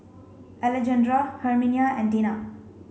Alejandra Herminia and Dena